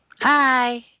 Hi